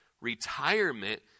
retirement